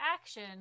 action